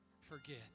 forget